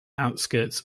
outskirts